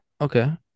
okay